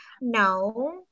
No